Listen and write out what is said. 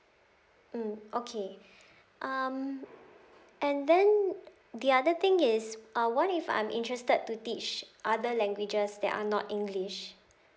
mm okay um and then the other thing is uh what if I'm interested to teach other languages that are not english